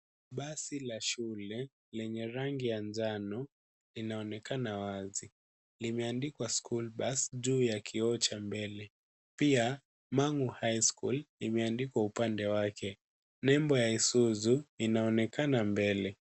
Basi la shule lenye rangi ya njano inaonekana wazi. Limeandikwa school bus juu ya kioo cha mbele. Pia, Mangu high school imeandikwa kwa upande wake. Nembo ya Isuzu inaonekana mbele.